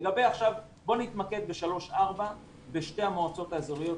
בוא נתמקד ב-4-3 בשתי המועצות האזוריות,